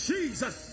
Jesus